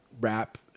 rap